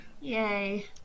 Yay